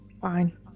fine